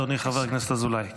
אדוני חבר הכנסת אזולאי.